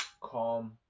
calm